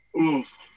oof